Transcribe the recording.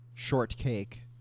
shortcake